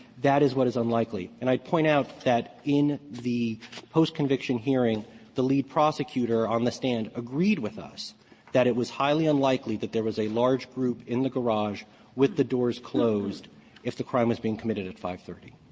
that is what is unlikely. and i point out that in the post conviction hearing the lead prosecutor on um the stand agreed with us that it was highly unlikely that there was a large group in the garage with the doors closed if the crime was being committed at five thirty.